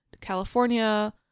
California